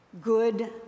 good